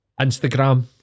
Instagram